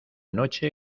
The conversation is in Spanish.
noche